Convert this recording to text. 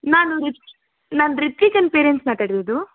ನಾನು ರುತ್ ನಾನು ರುತಿಕನ ಪೇರೆಂಟ್ಸ್ ಮಾತಾಡುದು